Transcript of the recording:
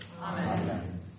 Amen